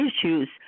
issues